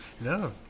No